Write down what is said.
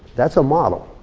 that's a model.